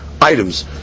items